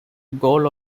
goal